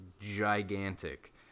gigantic